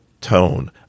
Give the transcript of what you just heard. tone